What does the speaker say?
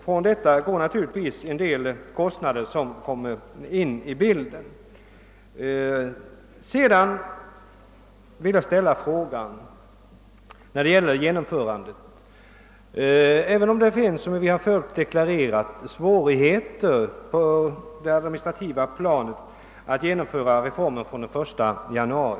Från detta belopp går naturligtvis en del kostnader som kommer in i bilden. Vi har förut deklarerat att det föreligger svårigheter på det administrativa planet när det gäller att genomföra reformen från den 1 januari.